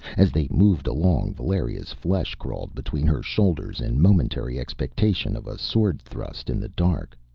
as they moved along, valeria's flesh crawled between her shoulders in momentary expectation of a sword-thrust in the dark.